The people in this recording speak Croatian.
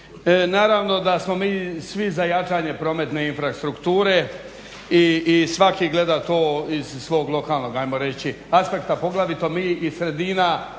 naravno da smo mi svi za jačanje prometne infrastrukture i svaki gleda to iz svog lokalnog hajmo reći aspekta, poglavito mi iz sredina